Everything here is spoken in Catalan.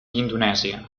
indonèsia